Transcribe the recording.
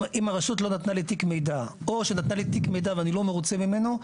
אם הרשות לא נתנה לי תיק מידע או שנתנה לי תיק מידע ואני לא מרוצה ממנו,